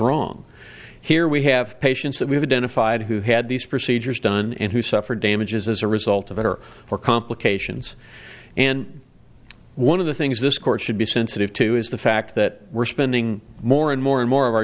wrong here we have patients that we've identified who had these procedures done and who suffered damages as a result of it or were complications and one of the things this court should be sensitive to is the fact that we're spending more and more and more of our